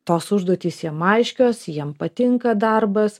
tos užduotys jiem aiškios jiem patinka darbas